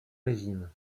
régime